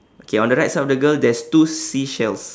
okay on the right side of the girl there's two seashells